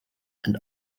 and